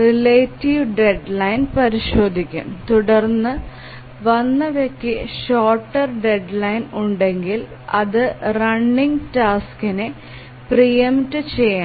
relative deadline പരിശോധിക്കും തുടർന്ന് വന്നവയ്ക്ക് ഷോർട്ടർ ഡെഡ്ലൈൻ ഉണ്ടെങ്കിൽ അത് റണ്ണിംഗ് ടാസ്കിനെ പ്രീ എംപ്ട് ചെയ്യണം